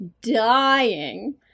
dying